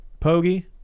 Pogi